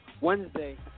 Wednesday